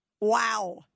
Wow